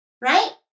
right